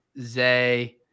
Zay